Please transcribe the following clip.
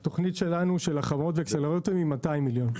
התוכנית שלנו היא 200 מיליון.